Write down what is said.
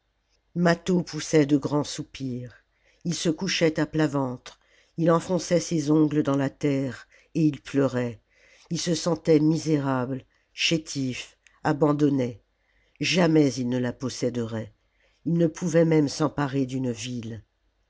mâtho poussait de grands soupirs ii se couchait à plat ventre il enfonçait ses ongles dans la terre et il pleurait il se sentait misérable chétif abandonné jamais il ne la posséderait il ne pouvait même s'emparer d'une ville